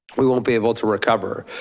we won't be able to recover.